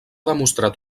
demostrat